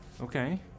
Okay